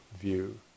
view